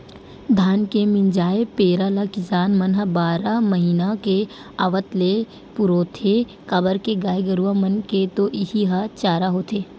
धान के मिंजाय पेरा ल किसान मन ह बारह महिना के आवत ले पुरोथे काबर के गाय गरूवा मन के तो इहीं ह चारा होथे